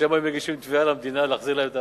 תדע לך שהם היו מגישים תביעה למדינה להחזיר להם,